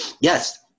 Yes